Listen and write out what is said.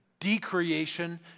decreation